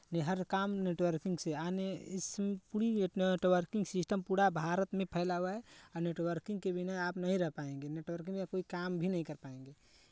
हर काम नेटवर्किंग से networking system पूरा भारत में फैला हुआ है नेटवर्किंग के बिना आप नहीं रह पाएंगे नेटवर्किंग का कोई कम भी नहीं कर पायेंगे